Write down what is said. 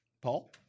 Paul